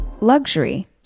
Luxury